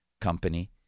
company